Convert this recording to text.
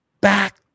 back